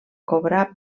cobrar